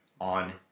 on